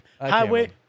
Highway